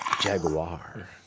Jaguar